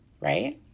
right